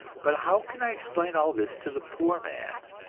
but how can i explain all this to the poor man?